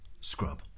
scrub